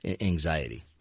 anxiety